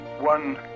one